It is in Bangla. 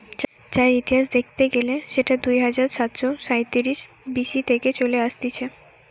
চায়ের ইতিহাস দেখতে গেলে সেটা দুই হাজার সাতশ সাইতিরিশ বি.সি থেকে চলে আসতিছে